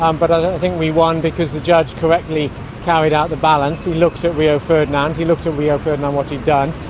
um but i don't think we won because the judge correctly carried out the balance. he looked at rio ferdinand, he looked at rio ferdinand, what he'd done,